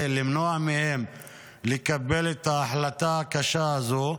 למנוע מהם לקבל את ההחלטה הקשה הזו.